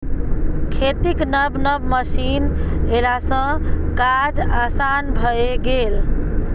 खेतीक नब नब मशीन एलासँ काज आसान भए गेल